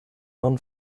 non